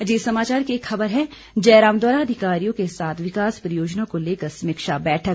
अजीत समाचार की एक खबर है जयराम द्वारा अधिकारियों के साथ विकास परियोजनाओं को लेकर समीक्षा बैठक